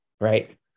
right